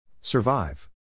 Survive